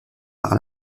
par